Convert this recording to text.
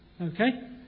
Okay